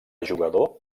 jugador